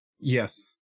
Yes